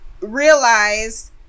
realize